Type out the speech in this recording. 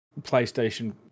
PlayStation